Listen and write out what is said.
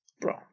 Bro